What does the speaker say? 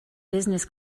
business